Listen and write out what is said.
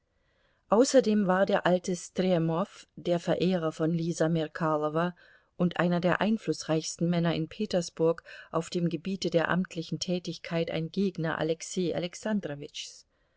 außerdem war der alte stremow der verehrer von lisa merkalowa und einer der einflußreichsten männer in petersburg auf dem gebiete der amtlichen tätigkeit ein gegner alexei